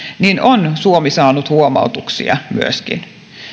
niin on suomi saanut huomautuksia myöskin